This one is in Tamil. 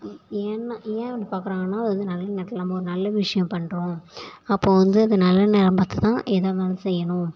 ஏன்னா ஏன் அப்படி பார்க்குறாங்கன்னா அது வந்து நல்ல நேரத்தில் நம்ம ஒரு நல்ல விஷயம் பண்ணுறோம் அப்போ வந்து அதை நல்ல நேரம் பார்த்து தான் எதாக இருந்தாலும் செய்யணும்